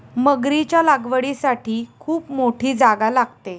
मगरीच्या लागवडीसाठी खूप मोठी जागा लागते